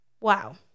Wow